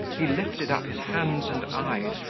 he lifted up his hands and eyes,